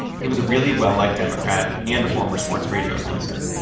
he was a really well-liked democrat and a former sports radio announcer.